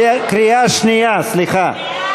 בקריאה שנייה, סליחה.